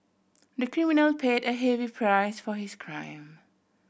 the criminal paid a heavy price for his crime